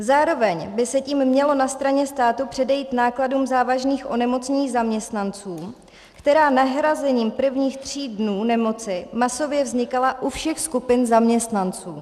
Zároveň by se tím mělo na straně státu předejít nákladům závažných onemocnění zaměstnanců, která nahrazením prvních tří dnů nemoci masově vznikala u všech skupin zaměstnanců.